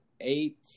eight